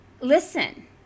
Listen